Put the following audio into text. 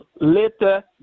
later